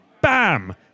bam